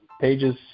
pages